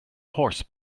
horse